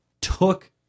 took